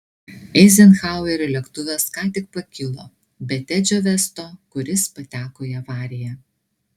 eizenhauerio lėktuvas ką tik pakilo be tedžio vesto kuris pateko į avariją